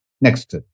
Next